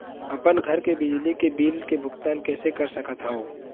अपन घर के बिजली के बिल के भुगतान कैसे कर सकत हव?